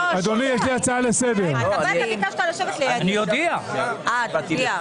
אני מודיע